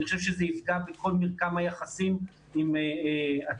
אני חושב שזה יפגע בכל מרקם היחסים עם התלמידים,